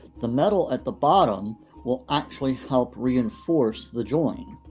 the metal at the bottom will actually help reinforce the join.